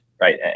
Right